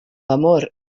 amor